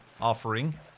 offering